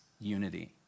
unity